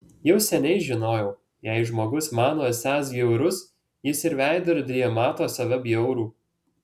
jau seniai žinojau jei žmogus mano esąs bjaurus jis ir veidrodyje mato save bjaurų